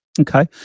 Okay